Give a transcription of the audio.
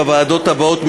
חברי וחברות הכנסת,